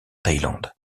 thaïlande